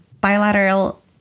bilateral